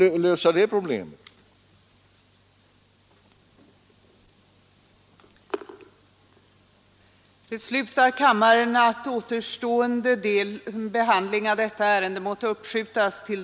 Jag vill se den ändring av skatteskalan som eliminerar detta besvär.